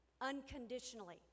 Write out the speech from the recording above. unconditionally